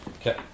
Okay